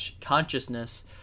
consciousness